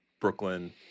Brooklyn